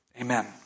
Amen